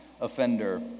offender